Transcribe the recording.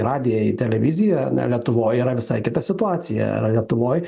į radiją televiziją lietuvoj yra visai kita situacija lietuvoj